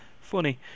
funny